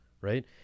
right